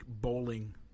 bowling